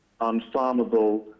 unfarmable